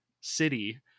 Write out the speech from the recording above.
city